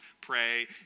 pray